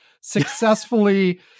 successfully